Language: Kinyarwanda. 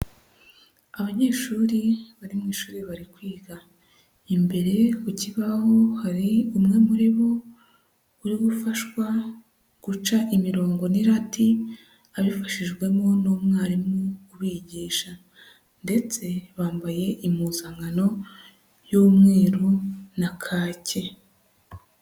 Abanyeshuri bari mu ishuri bari kwiga. Imbere ku kibaho hari umwe muri bo uri gufashwa guca imirongo n'irati, abifashijwemo n'umwarimu ubigisha, ndetse bambaye impuzankano y'umweru na kake.